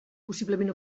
possiblement